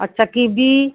अच्छा कीबी